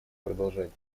продолжать